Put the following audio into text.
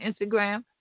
Instagram